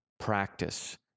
Practice